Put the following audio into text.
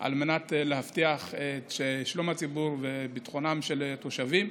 על מנת להבטיח את שלום הציבור ואת ביטחונם של התושבים.